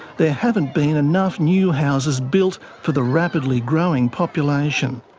there haven't been enough new houses built for the rapidly growing population.